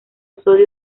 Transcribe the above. sodio